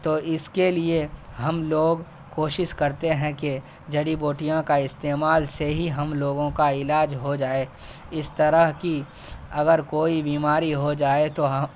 تو اس کے لیے ہم لوگ کوشش کرتے ہیں کہ جڑی بوٹیوں کا استعمال سے ہی ہم لوگوں کا علاج ہو جائے اس طرح کی اگر کوئی بیماری ہو جائے تو ہم